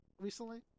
recently